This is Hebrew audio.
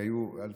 והיו אלפים,